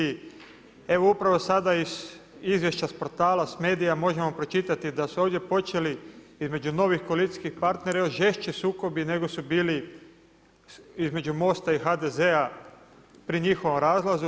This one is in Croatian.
Evo upravo sada iz izvješća s portala s medija možemo pročitati da su ovdje počeli između novih koalicijskih partnera još žešći sukobi nego su bili između MOST-a i HDZ-a pri njihovom razlazu.